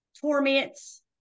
torments